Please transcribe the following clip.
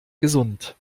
gesund